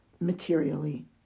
materially